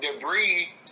debris